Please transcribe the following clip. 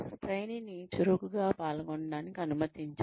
ట్రైనీని చురుకుగా పాల్గొనడానికి అనుమతించండి